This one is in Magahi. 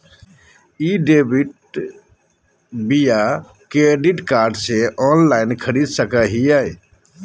ई डेबिट बोया क्रेडिट कार्ड से ऑनलाइन खरीद सको हिए?